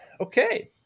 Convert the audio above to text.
okay